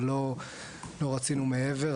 אבל לא רצינו מעבר,